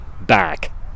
back